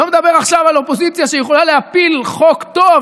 לא מדבר עכשיו על קואליציה שיכולה להפיל חוק טוב,